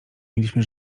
mieliśmy